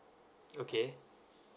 okay